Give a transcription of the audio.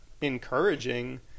encouraging